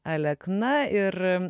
alekna ir